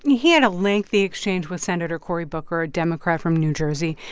he had a lengthy exchange with senator cory booker, a democrat from new jersey,